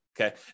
okay